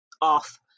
off